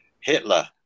Hitler